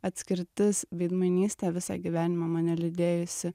atskirtis veidmainystė visą gyvenimą mane lydėjusi